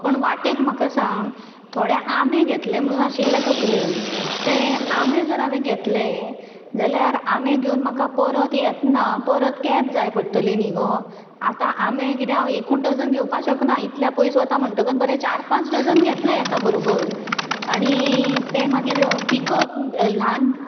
पण वाटेक म्हाका सांग थोडे आमे घेतलें म्हणून आशिल्लें तकलेन ते आमे जर हांवें घेतले जाल्यार आ मे घेवन म्हाका परत येतना परत कॅब जाय पडटली न्ही गो आतां आमे कितें हांव एकू डजन घेवपाक शकना इतल्या पयस वता म्हणटगच बरे चार पांच डजन घेतलें एका बरोबर आनी तें मागीर पिकप ल्हान